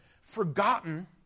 forgotten